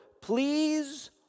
please